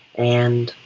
and,